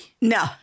No